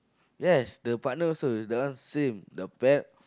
yes the partner also that one same the pet